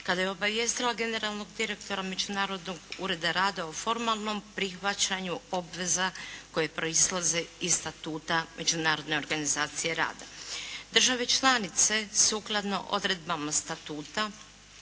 kada je obavijestila Generalnog direktora Međunarodnog ureda rada o formalnom prihvaćanju obveza koje proizlaze iz Statuta Međunarodne organizacije rada. Država članice sukladno odredbama statuta